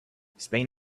spain